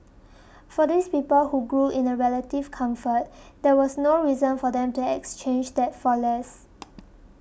for these people who grew in a relative comfort there was no reason for them to exchange that for less